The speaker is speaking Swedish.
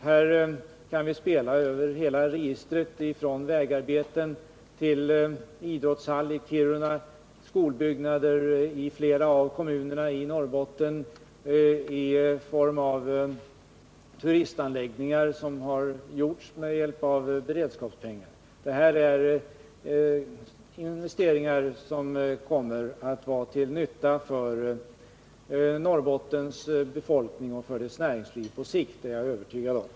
Här kan vi spela över hela registret från vägarbeten till idrottshall i Kiruna, skolbyggnader i flera av kommunerna i Norrbotten eller arbeten i form av turistanläggningar som har utförts med hjälp av beredskapspengar. Dessa 168 investeringar kommer att vara till nytta för Norrbottens befolkning och näringsliv på lång sikt, det är jag övertygad om.